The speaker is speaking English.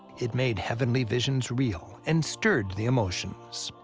it made heavenly visions real, and stirred the emotions.